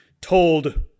told